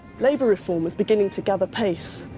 labour reform was beginning to gather pace,